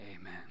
amen